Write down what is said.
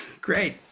great